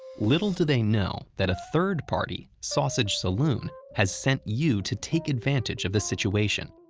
little do they know that a third party sausage saloon has sent you to take advantage of the situation.